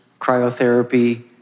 cryotherapy